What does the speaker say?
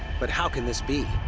but how can this be?